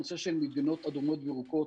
הנושא של מדינות אדומות וירוקות,